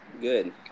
good